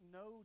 no